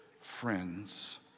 friends